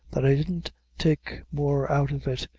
that i didn't take more out of it,